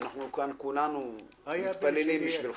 כולנו מתפללים בשבילך.